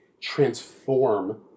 transform